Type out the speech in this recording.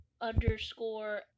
underscore